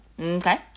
okay